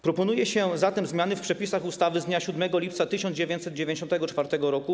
Proponuje się zatem zmiany w przepisach ustawy z dnia 7 lipca 1994 r.